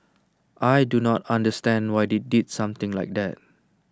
I do not understand why they did something like that